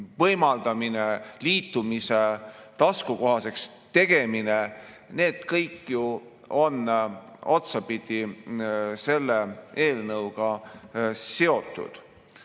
võimaldamine, liitumise taskukohaseks tegemine. Need kõik on ju otsapidi selle eelnõuga seotud.